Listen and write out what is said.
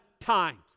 times